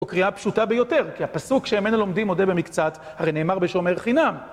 הוא קריאה פשוטה ביותר, כי הפסוק שממנו לומדים מודה במקצת הרי נאמר בשומר חינם.